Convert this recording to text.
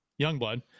Youngblood